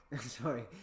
Sorry